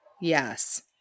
Yes